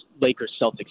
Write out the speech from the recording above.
Lakers-Celtics